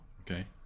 okay